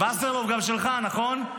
וסרלאוף, גם שלך, נכון?